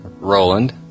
Roland